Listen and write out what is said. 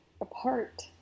apart